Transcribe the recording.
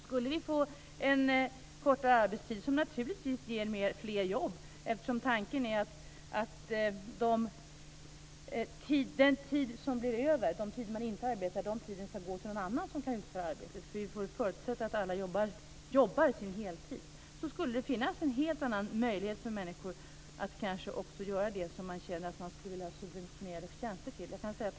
Skulle vi få en kortare arbetstid ger det naturligtvis fler jobb. Tanken är att den tid som blir över, den tid man inte arbetar, skall gå till någon annan som kan utföra arbetet. Vi får förutsätta att alla jobbar sin heltid. Då skulle det finnas en helt annan möjlighet för människor att kanske också göra det som man känner att man vill ha subventionerade tjänster till.